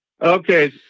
Okay